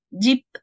deep